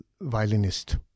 violinist